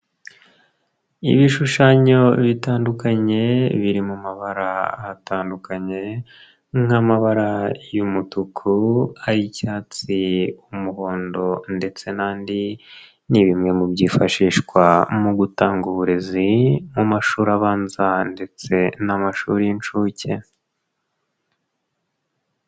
Ibishushanyo bitandukanye biri mu mabara atandukanye nk'amabara y'umutuku, ay'icyatsi, umuhondo ndetse n'andi, ni bimwe mu byifashishwa mu gutanga uburezi mu mashuri abanza ndetse n'amashuri y'inshuke.